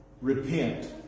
Repent